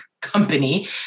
company